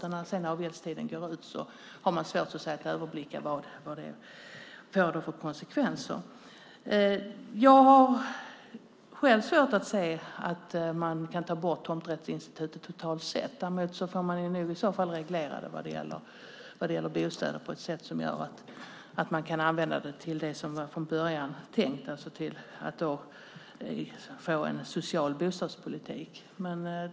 När avgäldstiden sedan går ut har man svårt att överblicka vad det får för konsekvenser. Jag har svårt att se att man kan ta bort tomträttsinstitutet totalt. Däremot får man nog reglera det vad det gäller bostäder på ett sätt som gör att man kan använda det till som det var tänkt från början, alltså för att få en social bostadspolitik.